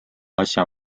asja